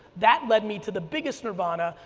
that led me to the biggest nirvana,